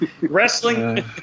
wrestling